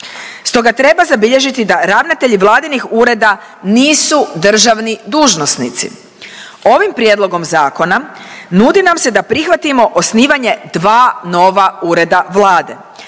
Stoga treba zabilježiti da ravnatelji vladinih ureda nisu državni dužnosnici. Ovim prijedlogom zakona, nudi nam se da prihvatimo osnivanje dva nova ureda Vlade.